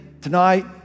tonight